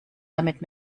damit